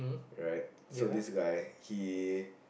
right so this guy he